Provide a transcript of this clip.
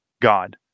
God